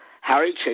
Harry